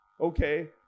Okay